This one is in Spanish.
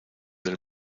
del